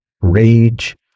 rage